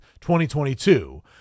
2022